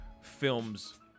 films